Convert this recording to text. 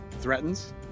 Threatens